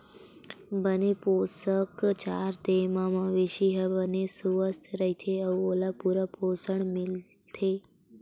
बने पोसक चारा दे म मवेशी ह बने सुवस्थ रहिथे अउ ओला पूरा पोसण ह मिलथे